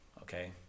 okay